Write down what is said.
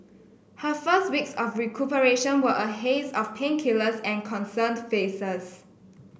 her first weeks of recuperation were a haze of painkillers and concerned faces